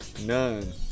None